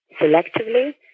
selectively